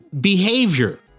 behavior